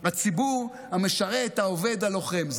הציבור המשרת, העובד, הלוחם.